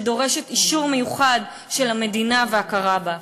שדורשת אישור מיוחד של המדינה וההכרה בה.